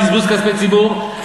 בזבוז כספי ציבור.